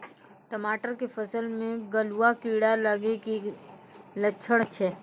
टमाटर के फसल मे गलुआ कीड़ा लगे के की लक्छण छै